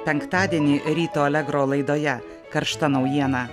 penktadienį ryto allegro laidoje karšta naujiena